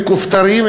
מכופתרים,